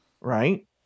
right